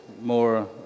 more